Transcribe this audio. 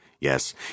Yes